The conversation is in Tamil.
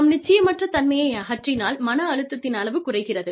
நாம் நிச்சயமற்ற தன்மையை அகற்றினால் மன அழுத்தத்தின் அளவு குறைகிறது